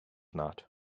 not